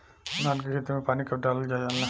धान के खेत मे पानी कब डालल जा ला?